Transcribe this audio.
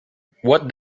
what